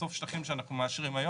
בסוף שטחים שאנחנו מאשרים היום,